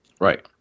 Right